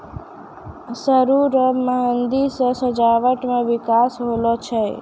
सरु रो मेंहदी से सजावटी मे बिकास होलो छै